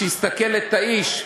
שיסתכל על האיש.